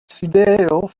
sidejo